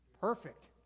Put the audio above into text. Perfect